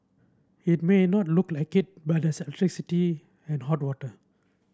it may not look like it but electricity and hot water